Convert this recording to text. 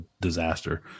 disaster